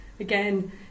Again